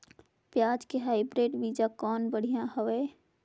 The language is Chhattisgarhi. पियाज के हाईब्रिड बीजा कौन बढ़िया हवय?